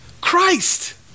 Christ